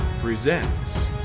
presents